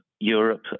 Europe